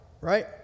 right